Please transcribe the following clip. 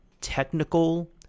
technical